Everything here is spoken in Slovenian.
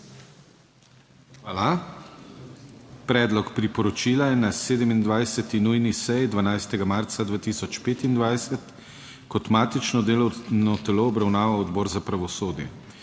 Hvala. Predlog priporočila je na 27. nujni seji 12. marca 2025 kot matično delovno telo obravnaval Odbor za pravosodje.